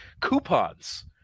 coupons